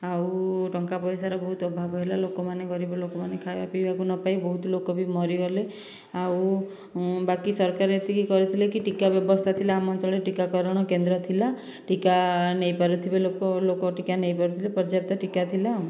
ଆଉ ଟଙ୍କା ପଇସାର ବହୁତ ଅଭାବ ହେଲା ଲୋକମାନେ ଗରିବ ଲୋକମାନେ ଖାଇବାକୁ ପିଇବାକୁ ନ ପାଇ ବହୁତ ଲୋକ ବି ମରିଗଲେ ଆଉ ବାକି ସରକାର ଏତିକି କରିଥିଲେକି ଟୀକା ବ୍ୟବସ୍ଥା ଥିଲା ଆମ ଅଞ୍ଚଳରେ ଟୀକାକରଣ କେନ୍ଦ୍ର ଥିଲା ଟୀକା ନେଇ ପାରୁଥିବେ ଲୋକ ଲୋକ ଟୀକା ନେଇ ପାରୁଥିଲେ ପର୍ଯ୍ୟାପ୍ତ ଟୀକା ଥିଲା ଆଉ